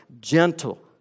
Gentle